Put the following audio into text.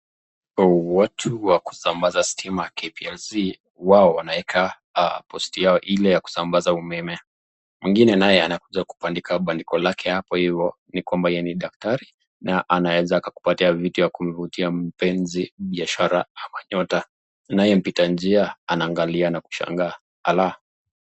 Watu wa kusambaza stima KPLC, wao wanaweka posti yao ile ya kusambaza umeme. Mwingine naye anakuja kubandika bandiko lake hapo hivo ni kwamba yeye ni daktari na anaweza akakupatia vitu ya kuvutia mpenzi, biashara ama nyota. Naye mpita njia anaangalia na kushangaa, ala!